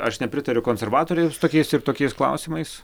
aš nepritariu konservatoriams tokiais ir tokiais klausimais